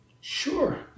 Sure